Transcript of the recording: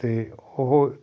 ਅਤੇ ਉਹ